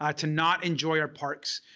ah to not enjoy our parks.